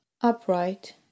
upright